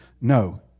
No